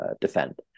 defend